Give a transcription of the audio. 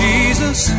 Jesus